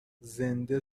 زنده